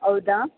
ಹೌದಾ